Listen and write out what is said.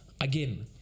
again